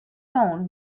phone